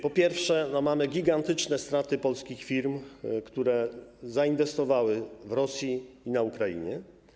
Po pierwsze, mamy gigantyczne straty polskich firm, które zainwestowały w Rosji i w Ukrainie.